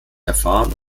erfahren